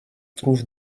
trouve